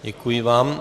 Děkuji vám.